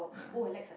yeah